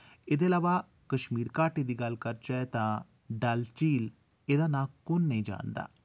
इ'दे अलावा कश्मीर घाटी दी गल्ल करचै तां डल झील इ'दा नांऽ कु'न नेईं जान दा